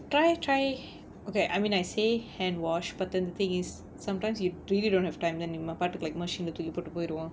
try try okay I mean I say hand wash but then the thing is sometimes you really don't have time then நம்ம பாட்டுக்கு:namma paattukku like machine ah தூக்கி போட்டுட்டு போய்ருவோம்:thookki pottuttu poiruvom